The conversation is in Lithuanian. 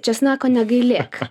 česnako negailėk